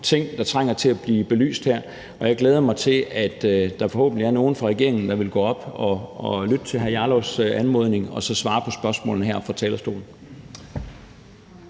ting, der trænger til at blive belyst her. Jeg glæder mig til, at der forhåbentlig er nogen fra regeringen, der vil lytte til hr. Rasmus Jarlovs anmodning og svare på spørgsmålene heroppe fra talerstolen.